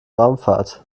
raumfahrt